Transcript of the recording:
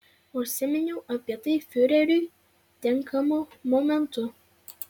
užsiminiau apie tai fiureriui tinkamu momentu